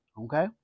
Okay